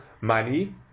money